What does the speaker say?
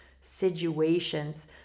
situations